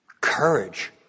courage